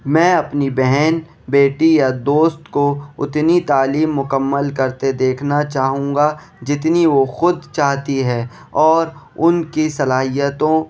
میں اپنی بہن بیٹی یا دوست کو اتنی تعلیم مکمل کرتے دیکھنا چاہوں گا جتنی وہ خود چاہتی ہے اور ان کی صلاحیتوں